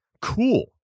cool